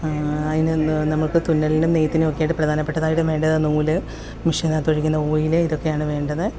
അതിന് എന്താണ് നമുക്ക് തുന്നലിനും നെയ്ത്തിനും ഒക്കെ ആയിട്ട് പ്രധാനപ്പെട്ടതായിട്ടും വേണ്ടത് നൂൽ മെഷീനിന് അകത്ത് ഒഴിക്കുന്ന ഓയിൽ ഇതൊക്കെയാണ് വേണ്ടത്